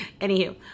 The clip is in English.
Anywho